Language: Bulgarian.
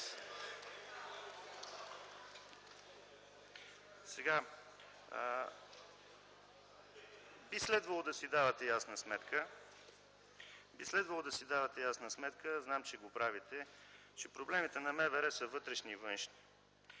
ГЕРБ.) Би следвало да си давате ясна сметка – знам, че го правите - че проблемите на МВР са вътрешни и външни.